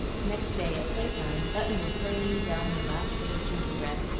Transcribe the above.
next day at play-time, button was hurrying down her last bit of gingerbread,